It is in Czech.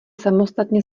samostatně